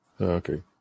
Okay